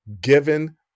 given